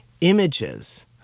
images